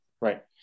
right